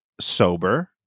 sober